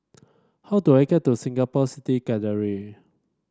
how do I get to Singapore City Gallery